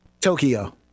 Tokyo